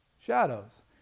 Shadows